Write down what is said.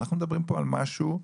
אנחנו מדברים פה על משהו - פרמיה,